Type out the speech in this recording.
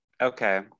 Okay